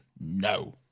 No